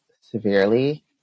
severely